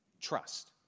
trust